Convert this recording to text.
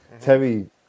Terry